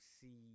see